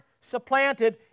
supplanted